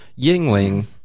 Yingling